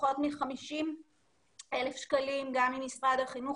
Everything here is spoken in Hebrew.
פחות מ-50,000 שקלים גם ממשרד החינוך